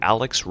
Alex